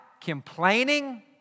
complaining